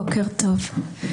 בוקר טוב.